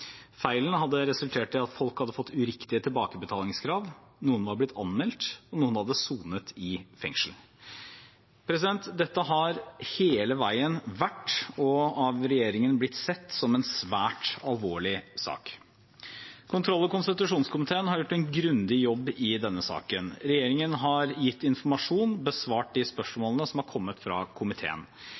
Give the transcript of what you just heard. Feilen hadde resultert i at folk hadde fått uriktige tilbakebetalingskrav, noen var blitt anmeldt, og noen hadde sonet i fengsel. Dette har hele veien vært, og er av regjeringen blitt sett på, som en svært alvorlig sak. Kontroll- og konstitusjonskomiteen har gjort en grundig jobb i denne saken. Regjeringen har gitt informasjon og besvart de spørsmålene som har kommet fra komiteen.